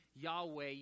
Yahweh